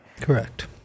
Correct